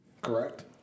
Correct